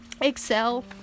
excel